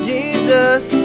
Jesus